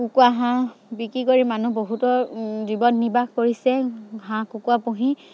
কুকুৰা হাঁহ বিক্ৰী কৰি মানুহ বহুতো জীৱন নিৰ্বাহ কৰিছে হাঁহ কুকুৰা পুহি